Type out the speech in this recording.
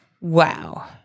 wow